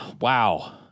Wow